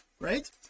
right